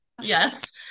yes